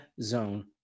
zone